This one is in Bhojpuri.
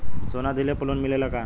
सोना दहिले पर लोन मिलल का?